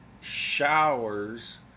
showers